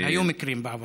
היו מקרים בעבר.